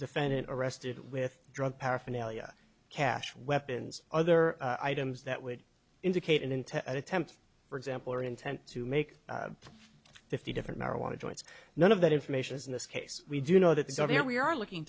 defendant arrested with drug paraphernalia cash weapons other items that would indicate into an attempt for example or intent to make fifty different marijuana joints none of that information is in this case we do know that it's out there we are looking